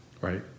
right